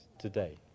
today